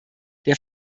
der